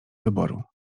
wyboru